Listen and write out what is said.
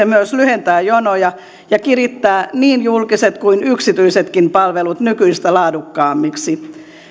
myös lyhentää jonoja ja kirittää niin julkiset kuin yksityisetkin palvelut nykyistä laadukkaammiksi